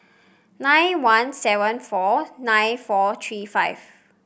nine one seven four nine four three five